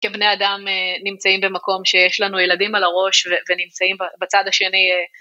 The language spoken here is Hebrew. כבני אדם נמצאים במקום שיש לנו ילדים על הראש ונמצאים בצד השני